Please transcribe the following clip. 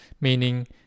meaning